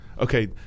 okay